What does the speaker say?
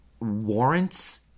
warrants